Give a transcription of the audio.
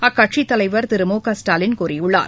அக்கட்சித் தலைவர் திரு மு க ஸ்டாலின் கூறியுள்ளார்